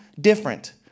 different